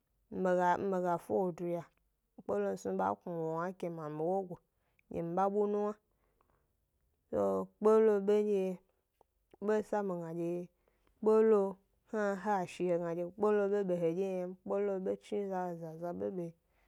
Mi be mi be ga fa wo duya, kpelo mi snu ba knu wo wna ke ma mi wo go, so kpelo bendye, be sa mi gna dye kpelo hna, ha shi he gna dye kpelo be e be hedye be m, kpelo hna chni zazaza bebe.